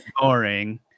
boring